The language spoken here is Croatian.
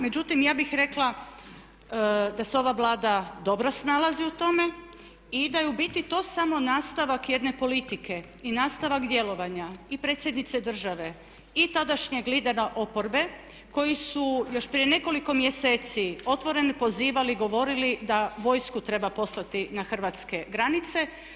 Međutim, ja bih rekla da se ova Vlada dobro snalazi u tome i da je u biti to samo nastavak jedne politike i nastavak djelovanja i predsjednice države i tadašnjeg lidera oporbe koji su još prije nekoliko mjeseci otvoreno pozivali, govorili da vojsku treba poslati na hrvatske granice.